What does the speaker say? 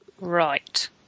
Right